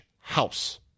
house